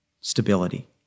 stability